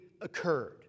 occurred